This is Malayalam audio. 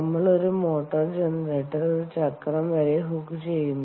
നമ്മൾ ഒരു മോട്ടോർ ജനറേറ്റർ ഒരു ചക്രം വരെ ഹുക്ക് ചെയ്യുന്നു